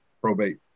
probate